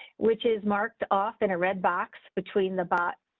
which is marked off in a red box between the box.